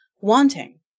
wanting